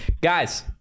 Guys